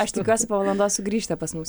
aš tikiuosi po valandos sugrįšite pas mus